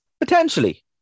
Potentially